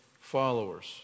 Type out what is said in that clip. followers